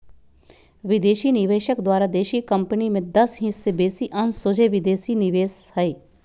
विदेशी निवेशक द्वारा देशी कंपनी में दस हिस् से बेशी अंश सोझे विदेशी निवेश हइ